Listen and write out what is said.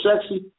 Sexy